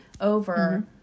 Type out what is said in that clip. over